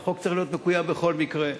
והחוק צריך להיות מקוים בכל מקרה,